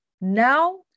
now